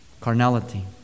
Carnality